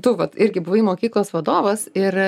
tu vat irgi buvai mokyklos vadovas ir